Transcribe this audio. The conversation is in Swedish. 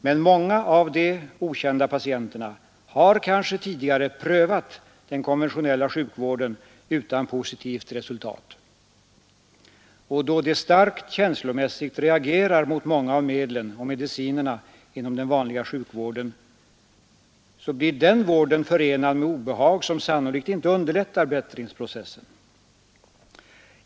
Men många av ”de okända patienterna” har kanske tidigare prövat den konventionella sjukvården utan positivt resultat. Och då de starkt känslomässigt reagerar mot många av medlen och medicinerna inom den vanliga sjukvården, blir den vården förenad med obehag som sannolikt inte underlättar bättringsprocessen.